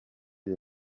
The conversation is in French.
des